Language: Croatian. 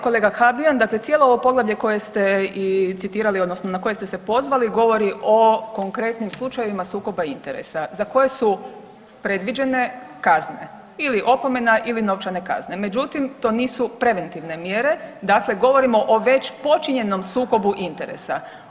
Kolega Habijan, dakle cijelo ovo poglavlje koje ste i citirali odnosno na koje ste se pozvali govori o konkretnim slučajevima sukoba interesa za koje su predviđene kazne ili opomena ili novčane kazne, međutim to nisu preventivne mjere, dakle govorimo o već počinjenom sukobu interesa.